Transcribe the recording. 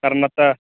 कारण आता